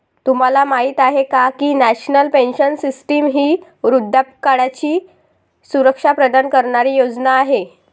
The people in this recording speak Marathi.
तुम्हाला माहिती आहे का की नॅशनल पेन्शन सिस्टीम ही वृद्धापकाळाची सुरक्षा प्रदान करणारी योजना आहे